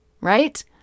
right